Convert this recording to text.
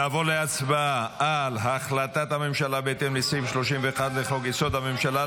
נעבור להצבעה על החלטת הממשלה בהתאם לסעיף 31 לחוק-יסוד: הממשלה,